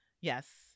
Yes